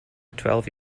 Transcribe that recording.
twelve